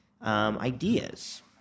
Ideas